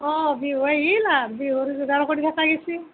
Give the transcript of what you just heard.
অঁ বিহু আহিল আৰু বিহুৰ যোগাৰ কৰিব